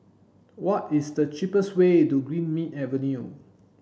what is the cheapest way to Greenmead Avenue